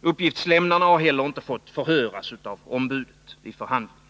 Uppgiftslämnarna har heller inte fått förhöras av ombudet vid förhandlingen.